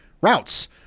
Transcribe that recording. routes